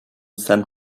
san